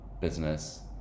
business